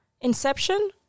Inception